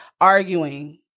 arguing